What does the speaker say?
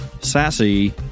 sassy